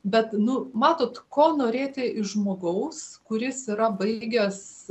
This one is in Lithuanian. bet nu matot ko norėti iš žmogaus kuris yra baigęs